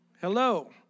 Hello